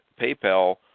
PayPal